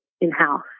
in-house